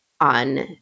on